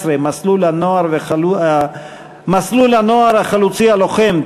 17) (מסלול הנוער החלוצי הלוחם),